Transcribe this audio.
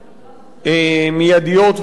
מיידיות ופוליטיות.